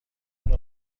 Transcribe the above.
نوع